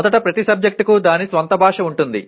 మొదట ప్రతి సబ్జెక్టుకు దాని స్వంత భాష ఉంటుంది